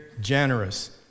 generous